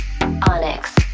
onyx